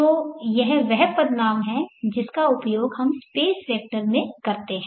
तो यह वह पदनाम है जिसका उपयोग हम स्पेस वेक्टर में करते हैं